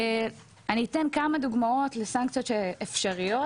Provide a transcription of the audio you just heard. אתן כמה דוגמאות לסנקציות שהן אפשריות